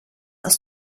aus